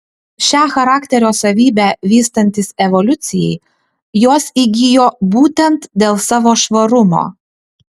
šią charakterio savybę vystantis evoliucijai jos įgijo būtent dėl savo švarumo